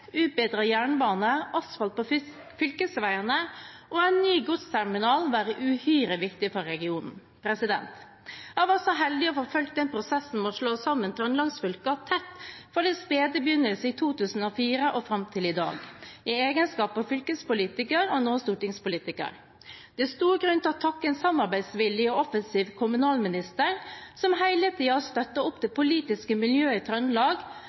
utbedret jernbane, asfalt på fylkesveiene og en ny godsterminal være uhyre viktig for regionen. Jeg var så heldig å få følge prosessen med å slå sammen Trøndelags-fylkene tett fra den spede begynnelsen i 2004 og fram til i dag, i egenskap av fylkespolitiker og nå stortingspolitiker. Det er stor grunn til å takke en samarbeidsvillig og offensiv kommunalminister, som hele tiden har støttet opp om det politiske miljøet i Trøndelag